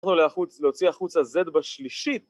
אנחנו הולכים להוציא החוצה z בשלישית